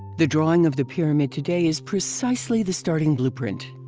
the drawing of the pyramid today is precisely the starting blueprint.